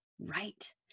Right